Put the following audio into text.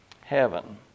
heaven